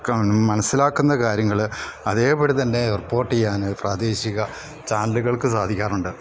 മനസ്സിലാക്കുന്ന കാര്യങ്ങൾ അതേപടി തന്നെ റിപ്പോർട്ട് ചെയ്യാൻ പ്രാദേശിക ചാനലുകൾക്ക് സാധിക്കാറുണ്ട്